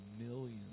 millions